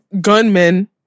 gunmen